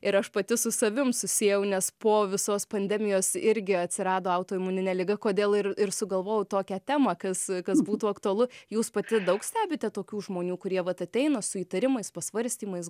ir aš pati su savim susiejau nes po visos pandemijos irgi atsirado autoimuninė liga kodėl ir ir sugalvojau tokią temą kas kas būtų aktualu jūs pati daug stebite tokių žmonių kurie vat ateina su įtarimais pasvarstymais